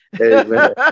Amen